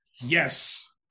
Yes